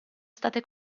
state